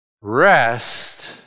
rest